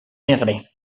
negre